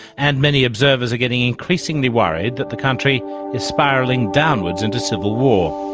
and many observers are getting increasingly worried that the country is spiralling downwards into civil war.